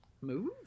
move